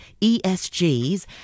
ESGs